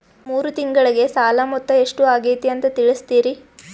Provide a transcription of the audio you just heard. ಮೂರು ತಿಂಗಳಗೆ ಸಾಲ ಮೊತ್ತ ಎಷ್ಟು ಆಗೈತಿ ಅಂತ ತಿಳಸತಿರಿ?